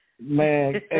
Man